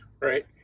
right